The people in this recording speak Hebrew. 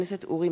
סולודקין,